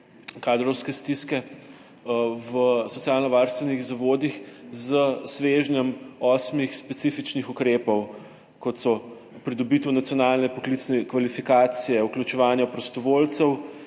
kadrovske stiske v socialnovarstvenih zavodih s svežnjem osmih specifičnih ukrepov, kot so pridobitev nacionalne poklicne kvalifikacije, vključevanje prostovoljcev,